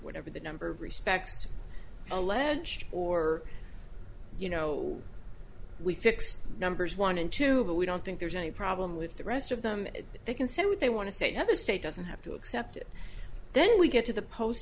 whatever the number respects alleged or you know we fix numbers one and two but we don't think there's any problem with the rest of them and they can say what they want to say that the state doesn't have to accept it then we get to the post